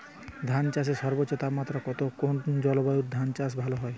ধান চাষে সর্বোচ্চ তাপমাত্রা কত কোন জলবায়ুতে ধান চাষ ভালো হয়?